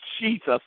Jesus